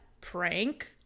prank